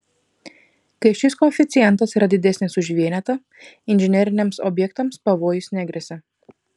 kai šis koeficientas yra didesnis už vienetą inžineriniams objektams pavojus negresia